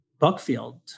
Buckfield